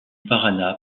paraná